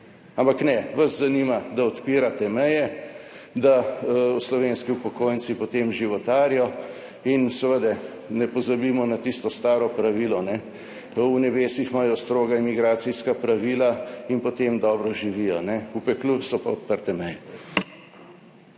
ampak ne vas zanima, da odpirate meje, da slovenski upokojenci potem životarijo. In seveda ne pozabimo na tisto staro pravilo, ne, v nebesih imajo stroga migracijska pravila in potem dobro živijo, v peklu so pa odprte meje.